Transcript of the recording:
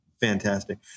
Fantastic